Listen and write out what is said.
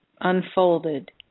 unfolded